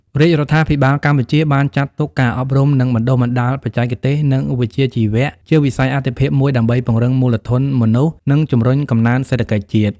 រាជរដ្ឋាភិបាលកម្ពុជាបានចាត់ទុកការអប់រំ និងបណ្តុះបណ្តាលបច្ចេកទេស និងវិជ្ជាជីវៈ ជាវិស័យអាទិភាពមួយដើម្បីពង្រឹងមូលធនមនុស្ស និងជំរុញកំណើនសេដ្ឋកិច្ចជាតិ។